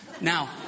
Now